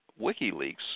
WikiLeaks